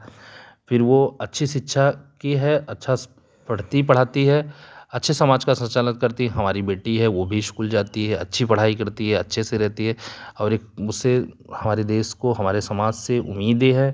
फिर वह अच्छी शिक्षा की है अच्छा से पढ़ती पढ़ाती है अच्छे समाज का संचालक करती है हमारी बेटी है वह भी स्कूल जाती है अच्छी पढ़ाई करती है अच्छे से रहती है और एक मुझसे हमारे देश को हमारे समाज से उम्मीदें हैं